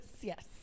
Yes